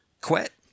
quit